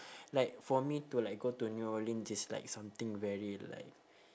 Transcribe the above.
like for me to like go to new orleans it's like something very like